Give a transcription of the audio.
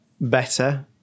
better